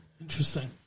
Interesting